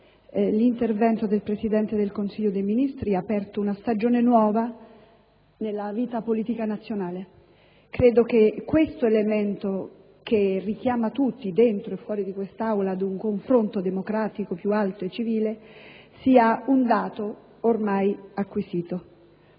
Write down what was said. l'intervento del Presidente del Consiglio dei ministri ha aperto una stagione nuova nella vita politica nazionale e ritengo che questo elemento, che richiama tutti, dentro e fuori di quest'Aula, ad un confronto democratico più alto e civile, sia un dato ormai acquisito.